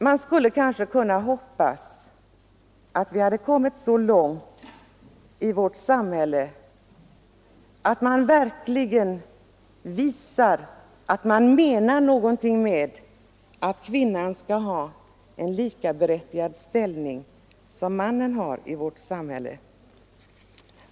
Man skulle kunna hoppas att vi hade kommit så långt i vårt samhälle att vi verkligen visar att vi menar någonting med att kvinnan skall ha en med mannen likvärdig ställning i vårt samhälle.